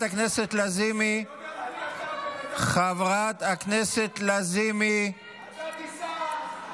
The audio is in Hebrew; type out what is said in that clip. הכנסת לזימי, חברת הכנסת לזימי, חברת הכנסת לזימי,